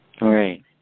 Right